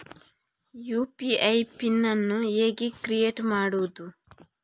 UPI PIN ಅನ್ನು ಹೇಗೆ create ಮಾಡುದು?